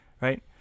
right